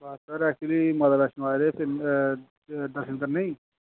बस sir actually Mata Vaishno आए दे हे दर्शन करने गी